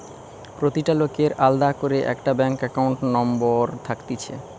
প্রতিটা লোকের আলদা করে একটা ব্যাঙ্ক একাউন্ট নম্বর থাকতিছে